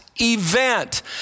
event